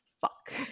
fuck